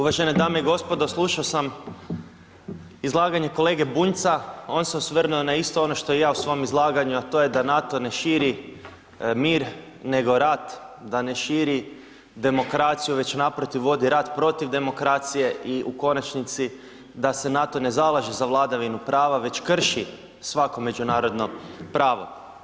Uvažene dame i gospodo slušo sam izlaganje kolege Bunjca on se osvrnuo na isto ono što i ja u svom izlaganju, a to je da NATO ne širi mir, nego rat, da ne širi demokraciju već naprotiv vodi rat protiv demokracije i u konačnici da se NATO ne zalaže za vladavinu prava već krši svako međunarodno pravo.